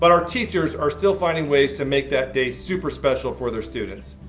but our teachers are still finding ways to make that day super special for their students.